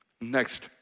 Next